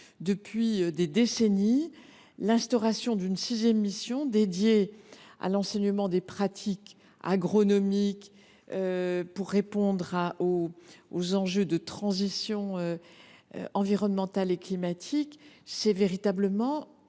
missions. L’instauration d’une sixième mission dédiée à l’enseignement des pratiques agronomiques pour répondre aux enjeux des transitions environnementale et climatique est véritablement une